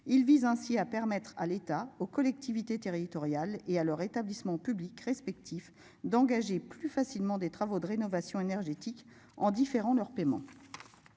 Il vise ainsi à permettre à l'État aux collectivités territoriales et à leur établissement public respectifs d'engager plus facilement des travaux de rénovation énergétique en différents leurs paiements.